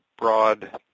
broad